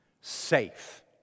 Safe